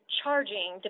charging